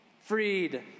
Freed